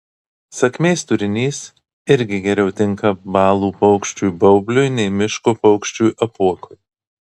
sakmės turinys irgi geriau tinka balų paukščiui baubliui nei miško paukščiui apuokui